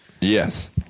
Yes